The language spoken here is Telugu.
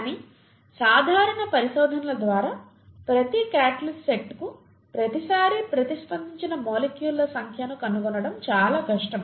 కానీ సాధారణ పరిశోధనల ద్వారా ప్రతి క్యాటలిస్ట్ సైట్కు ప్రతిసారీ ప్రతిస్పందించిన మాలిక్యూల్ ల సంఖ్యను కనుగొనడం చాలా కష్టం